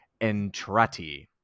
Entrati